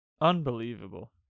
Unbelievable